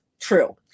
True